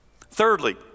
Thirdly